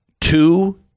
two